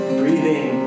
breathing